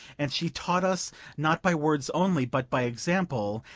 and she taught us not by words only, but by example,